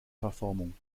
verformung